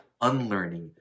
unlearning